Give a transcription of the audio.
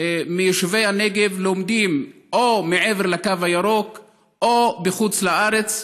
מיישובי הנגב לומדים או מעבר לקו הירוק או בחוץ-לארץ,